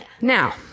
Now